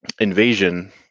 invasion